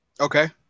okay